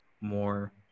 more